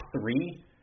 three